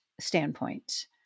standpoint